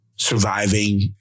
Surviving